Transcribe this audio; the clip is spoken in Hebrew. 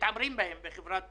מתעמרים בנהגים בחברת קווים.